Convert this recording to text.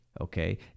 okay